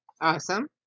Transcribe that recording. Awesome